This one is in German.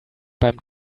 beim